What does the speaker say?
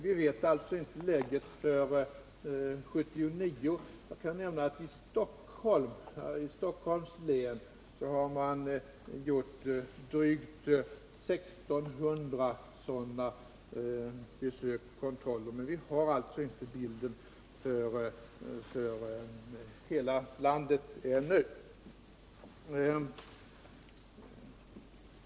Vi vet inget om läget 197 för 1979. Jag kan nämna att man i Stockholms län har gjort drygt 1 600 sådana besök och kontroller, men vi har alltså inte bilden för hela landet ännu.